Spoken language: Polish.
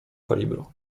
kalibru